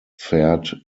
fared